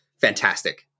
fantastic